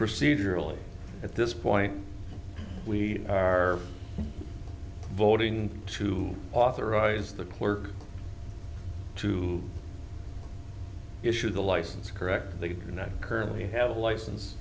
procedurally at this point we are voting to authorize the clerk to issue the license correct they are not currently have a licen